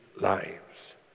lives